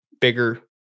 bigger